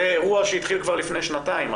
זה אירוע שהתחיל כבר לפני שנתיים,